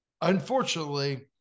unfortunately